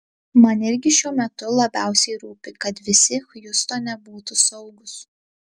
man irgi šiuo metu labiausiai rūpi kad visi hjustone būtų saugūs